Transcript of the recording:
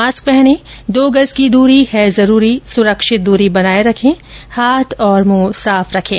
mask पहनें दो गज की दूरी है जरूरी सुरक्षित दूरी बनाए रखें हाथ और मुंह साफ रखें